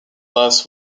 class